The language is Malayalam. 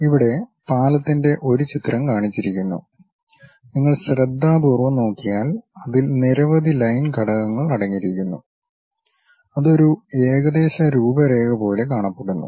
ഇവിടെ പാലത്തിന്റെ ഒരു ചിത്രം കാണിച്ചിരിക്കുന്നു നിങ്ങൾ ശ്രദ്ധാപൂർവ്വം നോക്കിയാൽ അതിൽ നിരവധി ലൈൻ ഘടകങ്ങൾ അടങ്ങിയിരിക്കുന്നു അത് ഒരു ഏകദേശ രൂപ രേഖ പോലെ കാണപ്പെടുന്നു